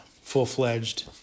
full-fledged